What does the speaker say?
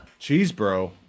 Cheesebro